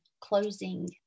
closing